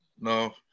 no